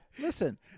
Listen